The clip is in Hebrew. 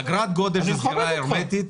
אגרת גודש היא סגירה הרמטית.